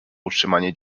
utrzymanie